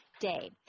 day